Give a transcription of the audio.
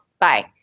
Bye